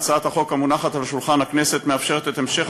הצעת החוק המונחת על שולחן הכנסת מאפשרת את המשך